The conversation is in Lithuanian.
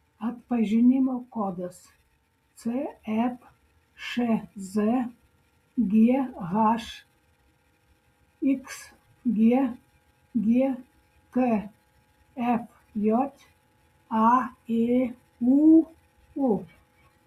atpažinimo kodas cfšz ghxg gkfj aėūu